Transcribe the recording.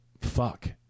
Fuck